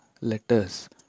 letters